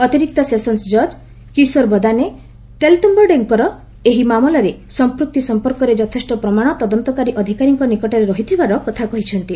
ଅତିରିକ୍ତ ସେସନ୍ସ ଜଜ୍ କିଶୋର ବଦାନେ ତେଲତ୍ୟୁଡେଙ୍କର ଏହି ମାମଲାରେ ସଂପୃକ୍ତି ସମ୍ପର୍କରେ ଯଥେଷ୍ଟ ପ୍ରମାଣ ତଦନ୍ତକାରୀ ଅଧିକାରୀ ନିକଟରେ ରହିଥିବାର କହିଛନ୍ତି